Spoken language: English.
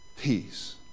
peace